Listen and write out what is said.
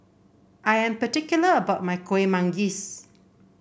I am particular about my Kueh Manggis